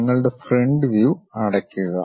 നിങ്ങളുടെ front view അടക്കുക